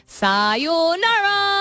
sayonara